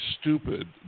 stupid